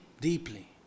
deeply